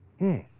Yes